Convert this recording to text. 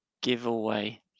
giveaway